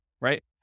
right